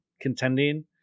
contending